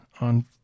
on